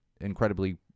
incredibly